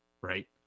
right